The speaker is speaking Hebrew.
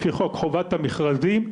לפי חוק חובת המכרזים,